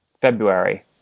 February